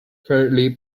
currently